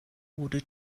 order